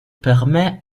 permet